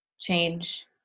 change